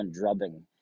drubbing